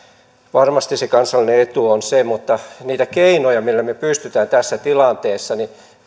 varmasti se kansallinen etu on se mutta niitä keinoja millä me pystymme tässä tilanteessa